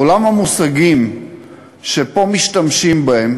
עולם המושגים שפה משתמשים בהם